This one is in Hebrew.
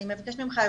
אני מבקשת ממך,